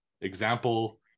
Example